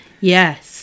Yes